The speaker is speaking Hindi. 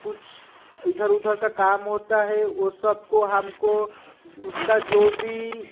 कुछ इधर उधर का काम होता है वो सब को हम को उसका जो भी